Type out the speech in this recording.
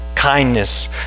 Kindness